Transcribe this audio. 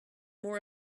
more